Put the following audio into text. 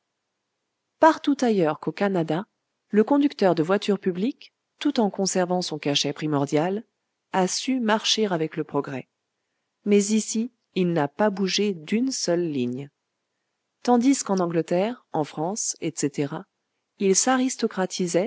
partout ailleurs qu'au canada le conducteur de voitures publiques tout en conservant son cachet primordial a su marcher avec le progrès mais ici il n'a pas bougé d'une seule ligne tandis qu'en angleterre en france etc